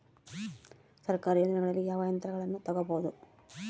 ಸರ್ಕಾರಿ ಯೋಜನೆಗಳಲ್ಲಿ ಯಾವ ಯಂತ್ರಗಳನ್ನ ತಗಬಹುದು?